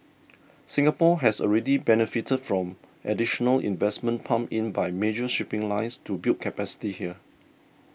Singapore has already benefited from additional investments pumped in by major shipping lines to build capacity here